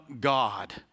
God